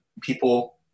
people